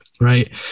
right